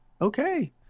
okay